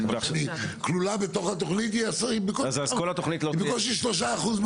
לכאורה יש לו איזושהי עדיפות,